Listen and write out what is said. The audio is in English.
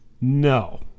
no